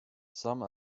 some